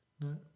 No